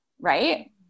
Right